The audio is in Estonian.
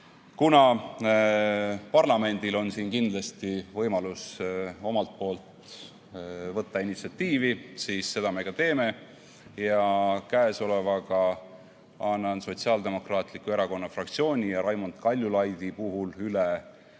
Kuna parlamendil on siin kindlasti võimalus omalt poolt võtta initsiatiiv, siis seda me ka teeme. Käesolevaga annan Sotsiaaldemokraatliku Erakonna fraktsiooni ja Raimond Kaljulaidi nimel üle alkoholi-,